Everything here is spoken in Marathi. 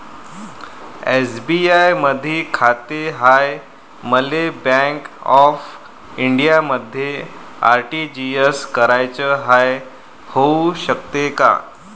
एस.बी.आय मधी खाते हाय, मले बँक ऑफ इंडियामध्ये आर.टी.जी.एस कराच हाय, होऊ शकते का?